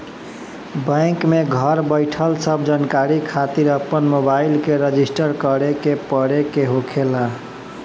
bank में घर बईठल सब जानकारी खातिर अपन मोबाईल के रजिस्टर करे के पड़े के होखेला